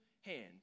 hand